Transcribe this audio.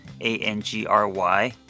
A-N-G-R-Y